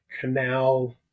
canal